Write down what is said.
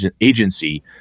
agency